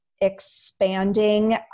expanding